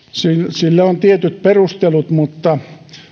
sille on tietyt perustelut mutta